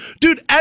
dude